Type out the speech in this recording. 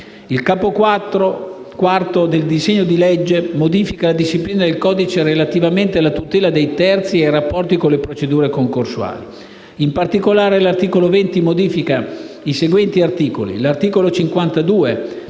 Il capo IV del disegno di legge modifica la disciplina del codice antimafia relativa alla tutela dei terzi ed ai rapporti con le procedure concorsuali. In particolare, l'articolo 20 modifica i seguenti articoli